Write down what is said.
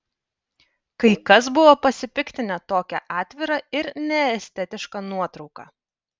kai kas buvo pasipiktinę tokia atvira ir neestetiška nuotrauka